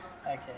Okay